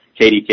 KDK